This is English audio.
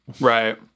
Right